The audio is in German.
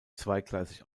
zweigleisig